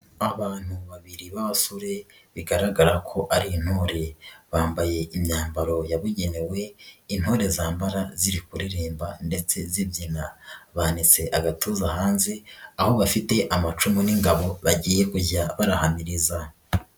Abantu babiri b'abasore bigaragara ko ari intore, bambaye imyambaro yabugenewe intore zambara ziri kuririmba ndetse zibyina, banitse agatuza hanze aho bafite amacumu n'ingabo bagiye kujya barahamiriza.